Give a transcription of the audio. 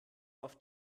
auf